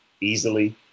easily